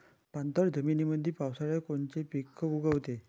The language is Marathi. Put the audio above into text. पाणथळ जमीनीमंदी पावसाळ्यात कोनचे पिक उगवते?